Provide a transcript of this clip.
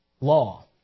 law